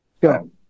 Go